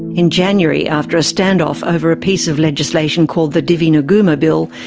in january, after a standoff over a piece of legislation called the divi neguma bill,